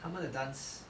他们的 dance